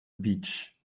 beach